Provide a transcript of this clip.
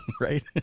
Right